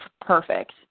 Perfect